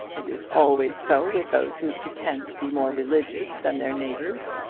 it is always so with those who pretend to be more religious than their neighbours.